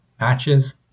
Matches